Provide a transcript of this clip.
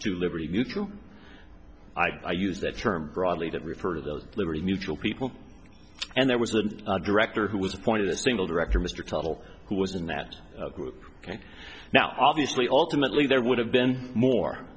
to liberty go through i use that term broadly to refer to the liberty mutual people and there was a director who was appointed a single director mr tuttle who was in that group and now obviously ultimately there would have been more